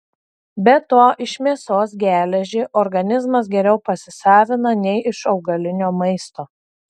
be to iš mėsos geležį organizmas geriau pasisavina nei iš augalinio maisto